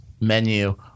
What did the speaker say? menu